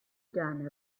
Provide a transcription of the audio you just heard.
done